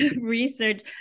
research